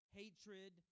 hatred